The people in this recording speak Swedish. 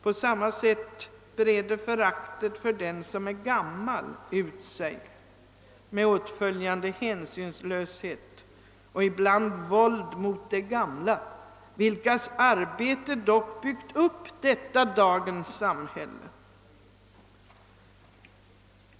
På samma sätt breder föraktet för den som är gammal ut sig, med åtföljande hänsynslöshet och ibland våld mot de gamla, vilkas arbete dock byggt upp dagens samhälle.